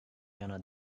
yana